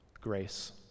grace